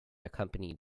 accompanied